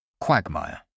Quagmire